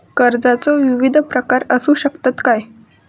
कर्जाचो विविध प्रकार असु शकतत काय?